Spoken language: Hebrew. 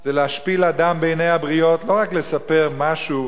זה להשפיל אדם בעיני הבריות, לא רק לספר משהו